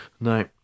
no